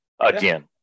Again